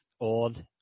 old